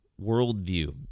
worldview